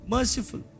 Merciful